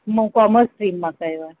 मूं commerce stream मां कयो आहे